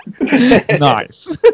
Nice